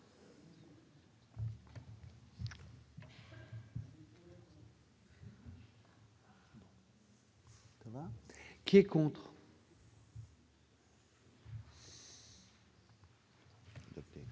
qui est contre